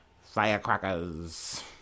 firecrackers